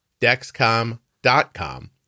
Dexcom.com